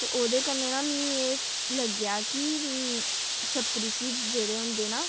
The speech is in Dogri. ते ओह्दे कन्नै ना मीं एह् लग्गेआ कि अम्मऽ सप्तरिशी जेह्ड़े होंदे ना